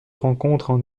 rencontrent